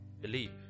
Believe